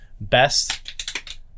best